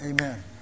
Amen